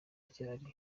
ryari